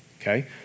okay